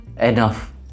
enough